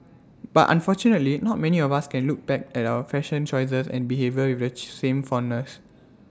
but unfortunately not many of us can look back at our fashion choices and behaviour which same fondness